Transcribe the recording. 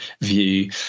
view